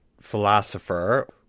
philosopher